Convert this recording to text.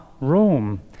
Rome